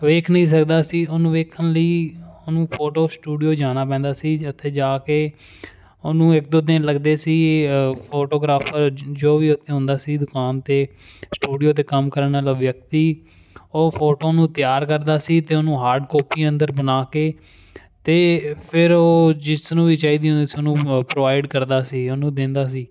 ਵੇਖ ਨਹੀਂ ਸਕਦਾ ਸੀ ਉਹਨੂੰ ਵੇਖਣ ਲਈ ਉਹਨੂੰ ਫੋਟੋ ਸਟੂਡੀਓ ਜਾਣਾ ਪੈਂਦਾ ਸੀ ਜਿੱਥੇ ਜਾ ਕੇ ਉਹਨੂੰ ਇੱਕ ਦੋ ਦਿਨ ਲੱਗਦੇ ਸੀ ਫੋਟੋਗ੍ਰਾਫਰ ਜੋ ਵੀ ਉਥੇ ਹੁੰਦਾ ਸੀ ਦੁਕਾਨ 'ਤੇ ਸਟੂਡੀਓ 'ਤੇ ਕੰਮ ਕਰਨ ਵਾਲਾ ਵਿਅਕਤੀ ਉਹ ਫੋਟੋਆਂ ਨੂੰ ਤਿਆਰ ਕਰਦਾ ਸੀ ਅਤੇ ਉਹਨੂੰ ਹਾਰਡ ਕੋਪੀ ਅੰਦਰ ਬਣਾ ਕੇ ਅਤੇ ਫਿਰ ਉਹ ਜਿਸ ਨੂੰ ਵੀ ਚਾਹੀਦੀ ਹੁੰਦੀ ਸੀ ਉਸਨੂੰ ਪ੍ਰੋਵਾਈਡ ਕਰਦਾ ਸੀ ਅਤੇ ਉਹਨੂੰ ਦਿੰਦਾ ਸੀ